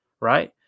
right